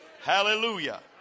Hallelujah